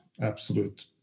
absolute